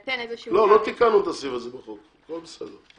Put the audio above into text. תיקנו את הסעיף הזה בחוק, הכול בסדר.